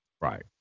Right